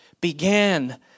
began